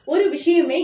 ஒரு விஷயமே இல்லை